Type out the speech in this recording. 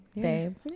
Babe